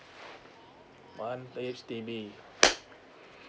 one H_D_B